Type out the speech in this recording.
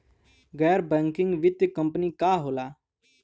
गैर बैकिंग वित्तीय कंपनी का होला?